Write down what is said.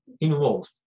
involved